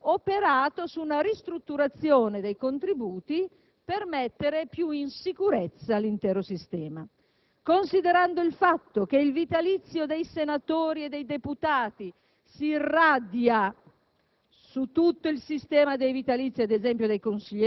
per i vitalizi dei consiglieri regionali, operato su una ristrutturazione dei contributi per mettere più in sicurezza l'intero sistema. Considerando il fatto che il vitalizio dei senatori e dei deputati si irradia